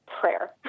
prayer